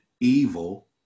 evil